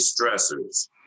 stressors